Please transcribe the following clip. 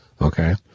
Okay